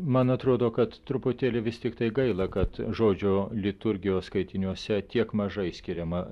man atrodo kad truputėlį vis tiktai gaila kad žodžio liturgijos skaitiniuose tiek mažai skiriama